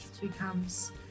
becomes